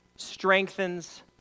strengthens